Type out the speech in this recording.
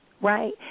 right